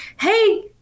hey